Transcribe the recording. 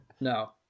No